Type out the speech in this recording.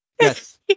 yes